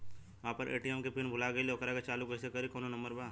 हम अपना ए.टी.एम के पिन भूला गईली ओकरा के चालू कइसे करी कौनो नंबर बा?